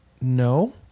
No